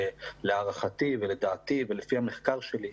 ולהערכתי ולדעתי ולפי המחקר שלי,